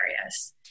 areas